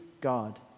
God